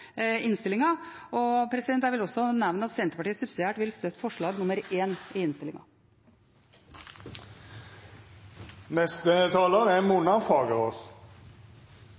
Jeg vil også nevne at Senterpartiet subsidiært vil støtte forslag nr. 1 i innstillingen. Det er